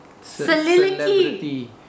celebrity